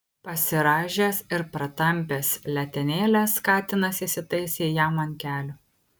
pasirąžęs ir pratampęs letenėles katinas įsitaisė jam ant kelių